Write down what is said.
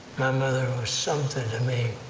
my mother was something to me.